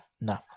no